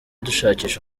dushakisha